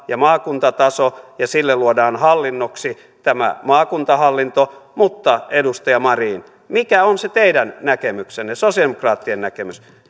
ja maakuntataso ja sille luodaan hallinnoksi maakuntahallinto mutta edustaja marin mikä on se teidän näkemyksenne sosialidemokraattien näkemys